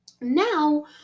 Now